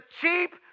cheap